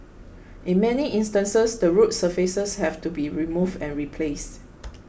in many instances the road surfaces have to be removed and replaced